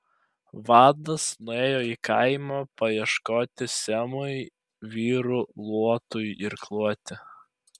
vadas nuėjo į kaimą paieškoti semui vyrų luotui irkluoti